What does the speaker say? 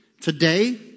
Today